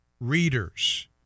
readers